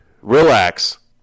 relax